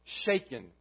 shaken